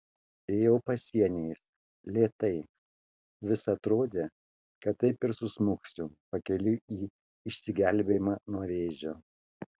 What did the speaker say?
ėjau pasieniais lėtai vis atrodė kad taip ir susmuksiu pakeliui į išsigelbėjimą nuo vėžio